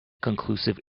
conclusive